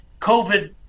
COVID